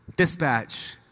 dispatch